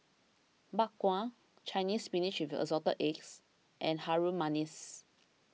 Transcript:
Bak Kwa Chinese Spinach with Assorted Eggs and Harum Manis